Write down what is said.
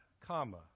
comma